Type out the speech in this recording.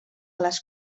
les